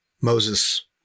Moses